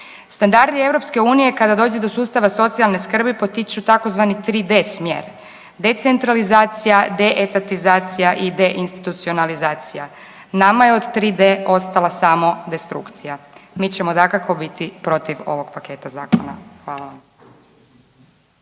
Standard je EU, kada dođe do sustava socijalne skrbi, potiču, tzv. 3D smjer, decentralizacija, deetatizacija, deinstitucionalizacija. Nama je od 3D ostala samo destrukcija. Mi ćemo dakako, biti protiv ovog paketa zakona. Hvala vam.